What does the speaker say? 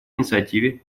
инициативе